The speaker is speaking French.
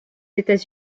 états